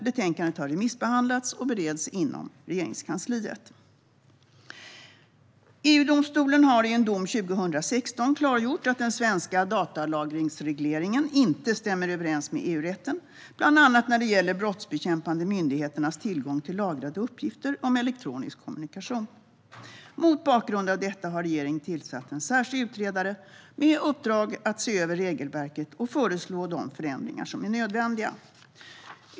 Betänkandet har remissbehandlats och bereds inom Regeringskansliet. EU-domstolen har i en dom 2016 klargjort att den svenska datalagringsregleringen inte stämmer överens med EU-rätten, bland annat när det gäller de brottsbekämpande myndigheternas tillgång till lagrade uppgifter om elektronisk kommunikation. Mot bakgrund av detta har regeringen tillsatt en särskild utredare med uppdrag att se över regelverket och föreslå de förändringar som är nödvändiga.